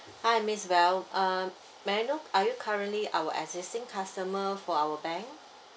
hi miss bell uh may I know are you currently our existing customer for our bank